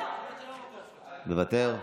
מוותר,